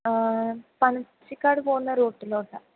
ആ പനച്ചിക്കാട് പോകുന്ന റൂട്ടിലോട്ടാണ്